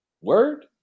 word